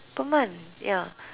per month ya